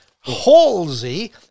halsey